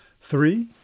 Three